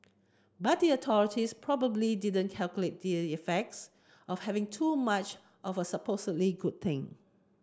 but the authorities probably didn't calculate the effects of having too much of a supposedly good thing